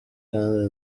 kandi